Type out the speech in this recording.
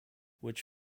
which